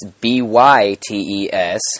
B-Y-T-E-S